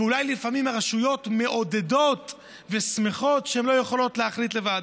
ואולי לפעמים הרשויות מעודדות ושמחות שהן לא יכולות להחליט לבד.